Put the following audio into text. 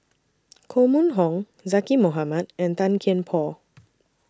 Koh Mun Hong Zaqy Mohamad and Tan Kian Por